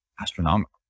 astronomical